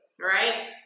right